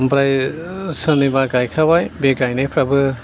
ओमफ्राय सोरनिबा गायखाबाय बे गायनायफ्राबो